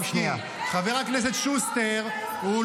חבר הכנסת טופורובסקי, אני לא עובד אצלך.